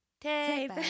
take